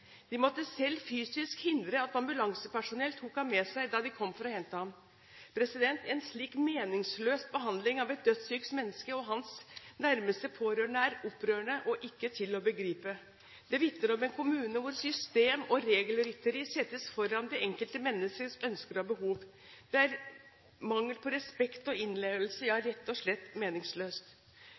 De måtte selv fysisk hindre at ambulansepersonellet tok ham med seg da de kom for å hente ham. En slik meningsløs behandling av et dødssykt menneske og hans nærmeste pårørende er opprørende og ikke til å begripe. Det vitner om en kommune hvor system og regelrytteri settes foran det enkelte menneskets ønsker og behov. Det er mangel på respekt og innlevelse – ja, rett og slett meningsløst.